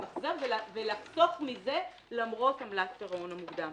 למחזר ולחסוך מזה למרות עמלת הפירעון המוקדם.